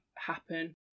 happen